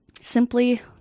simply